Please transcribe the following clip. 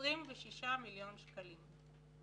26 מיליון שקלים.